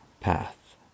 Path